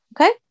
Okay